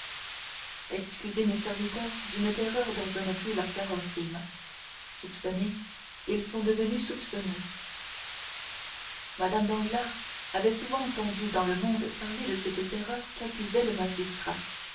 excusez mes serviteurs d'une terreur dont je ne puis leur faire un crime soupçonnés ils sont devenus soupçonneux mme danglars avait souvent entendu dans le monde parler de cette terreur qu'accusait le magistrat